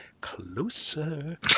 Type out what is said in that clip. closer